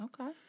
Okay